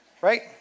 Right